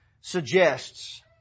suggests